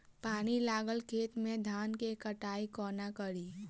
पानि लागल खेत मे धान केँ कटाई कोना कड़ी?